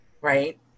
right